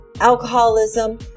alcoholism